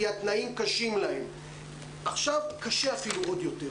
התנאים קשים להם ועכשיו קשה אפילו עוד יותר.